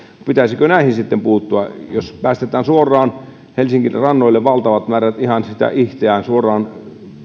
pitäisikö näihin sitten puuttua jos päästetään suoraan helsingin rannoille valtavat määrät ihan sitä ihteään suoraan